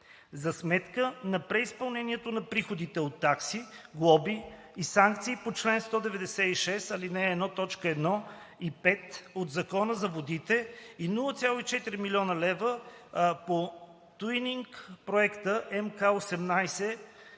за сметка на преизпълнението на приходите от такси, глоби и санкции по чл. 196, ал. 1, т. 1 и т. 5 от Закона за водите и 0,4 млн. лв. по Туининг проект МК 18